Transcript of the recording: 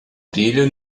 brilha